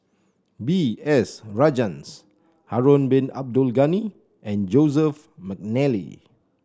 B S Rajhans Harun Bin Abdul Ghani and Joseph McNally